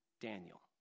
Daniel